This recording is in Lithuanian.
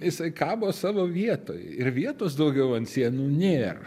jisai kabo savo vietoj ir vietos daugiau ant sienų nėr